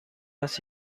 است